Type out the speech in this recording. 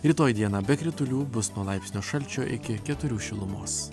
rytoj dieną be kritulių bus nuo laipsnio šalčio iki keturių šilumos